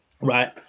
right